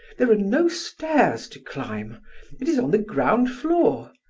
there are no stairs to climb it is on the ground floor!